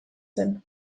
zen